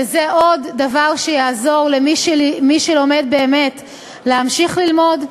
וזה עוד דבר שיעזור למי שלומד באמת להמשיך ללמוד,